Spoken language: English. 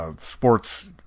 sports